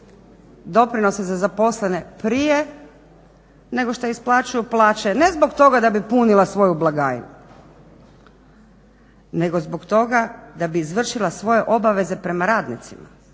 doprinose za zaposlene prije nego što isplaćuju plaće, ne zbog toga da bi punila svoju blagajnu, nego zbog toga da bi izvršila svoje obaveze prema radnicima.